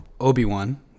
Obi-Wan